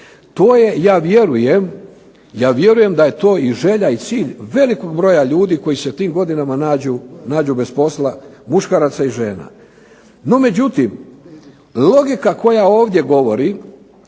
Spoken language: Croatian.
htjeli bismo raditi. Ja vjerujem da je to želja i cilj velikog broja ljudi koji se u tim godinama nađu bez posla, muškaraca i žena. NO međutim, logika koja ovdje govori,